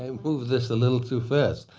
um move this a little too fast.